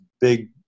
big